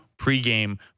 pregame